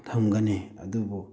ꯊꯝꯒꯅꯤ ꯑꯗꯨꯕꯨ